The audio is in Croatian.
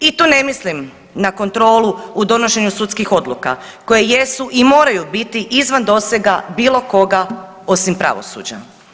I tu ne mislim na kontrolu u donošenju sudskih odluka koje jesu i moraju biti izvan dosega bilokoga osim pravosuđa.